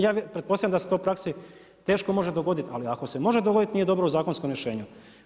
Ja pretpostavljam da se to u praksi teško može dogoditi, ali ako se može dogoditi, nije dobro u zakonskom rješenju.